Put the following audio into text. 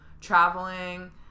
traveling